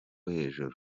hejuru